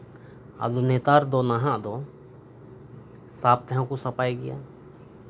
ᱟᱫᱚ ᱱᱮᱛᱟᱨ ᱫᱚ ᱱᱟᱦᱟᱜ ᱫᱚ ᱥᱟᱨᱯᱷ ᱛᱮᱦᱚᱸ ᱠᱚ ᱥᱟᱯᱷᱟᱭ ᱜᱮᱭᱟ